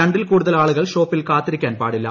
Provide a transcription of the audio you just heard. രണ്ടിൽ കൂടുതൽ ആളുകൾ ഷോപ്പിൽ കാ ത്തിരിക്കാൻ പാടില്ല